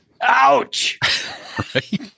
Ouch